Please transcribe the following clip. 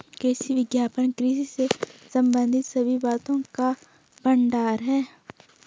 कृषि विज्ञान कृषि से संबंधित सभी बातों का भंडार है